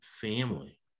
family